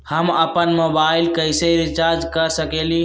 हम अपन मोबाइल कैसे रिचार्ज कर सकेली?